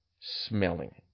smelling